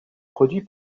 produit